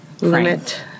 Limit